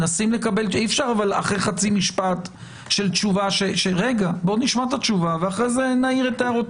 אי-אפשר אחרי חצי משפט של תשובה - בוא נשמע את התשובה ואז נעיר.